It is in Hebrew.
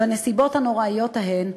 בנסיבות הנוראיות ההן,